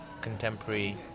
contemporary